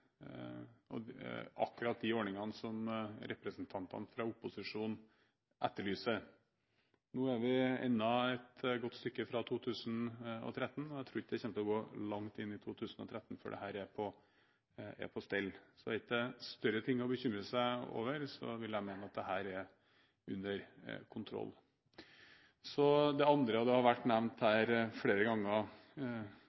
inneholder akkurat de ordningene som representantene fra opposisjonen etterlyser. Nå er vi ennå et godt stykke fra 2013, og jeg tror ikke det kommer til å gå langt inn i 2013 før dette er på stell. Så hvis det ikke er større ting å bekymre seg over, vil jeg mene at dette er under kontroll. Så er det det andre som flere ganger har vært nevnt